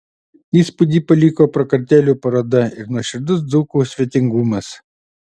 įspūdį paliko prakartėlių paroda ir nuoširdus dzūkų svetingumas